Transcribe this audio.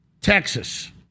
Texas